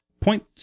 Point